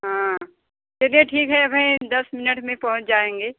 हाँ चलिए ठीक है अभी दस मिनट में पहुँच जाएंगे